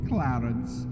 Clarence